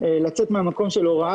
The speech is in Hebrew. לצאת מהמקום של הוראה,